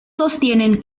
sostienen